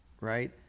right